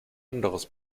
anderes